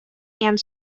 and